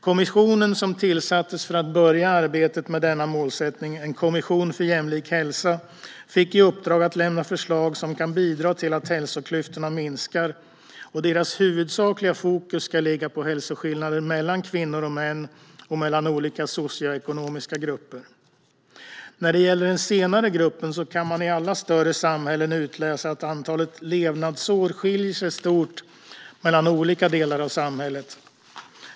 Kommissionen för jämlik hälsa, som tillsattes för att påbörja arbetet med denna målsättning, fick i uppdrag att lämna förslag som kan bidra till att hälsoklyftorna minskar. Deras huvudsakliga fokus ska ligga på hälsoskillnader mellan kvinnor och män och mellan olika socioekonomiska grupper. När det gäller de senare kan man i alla större samhällen konstatera att antalet levnadsår skiljer sig åt stort mellan olika delar av samhället.